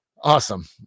awesome